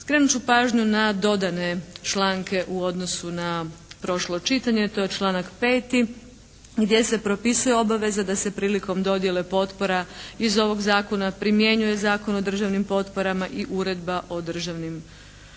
Skrenut ću pažnju na dodane članke u odnosu na prošlo čitanje. To je članak 5. gdje se propisuje obaveza da se prilikom dodjele potpora iz ovog zakona primjenjuje Zakon o državnim potporama i Uredba o državnim potporama.